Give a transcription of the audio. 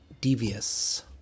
Devious